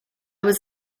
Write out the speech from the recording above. was